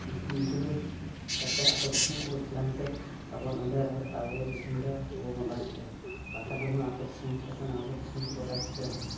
ᱚᱸᱰᱮ ᱠᱷᱚᱱ ᱩᱱᱠᱩ ᱫᱚ ᱛᱟᱨᱯᱚᱨᱮ ᱟᱠᱚ ᱫᱤᱥᱚᱢ ᱠᱚ ᱪᱟᱞᱟᱣᱮᱱ ᱛᱮ ᱟᱵᱚᱣᱟᱜ ᱱᱚᱰᱮ ᱨᱮ ᱟᱵᱚ ᱫᱤᱥᱚᱢ ᱨᱮ ᱟᱵᱚ ᱵᱚᱱ ᱨᱟᱡᱽ ᱠᱮᱜᱼᱟ ᱵᱟᱠᱷᱟᱱ ᱫᱚ ᱟᱠᱚ ᱫᱤᱥᱚᱢ ᱪᱤᱠᱟᱹᱛᱮ ᱱᱟ ᱟᱵᱚ ᱫᱤᱥᱚᱢ ᱨᱮᱵᱚᱱ ᱨᱟᱡᱽ ᱠᱮᱭᱟ ᱦᱩᱱᱟᱹᱝ